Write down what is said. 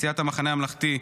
סיעת המחנה הממלכתי,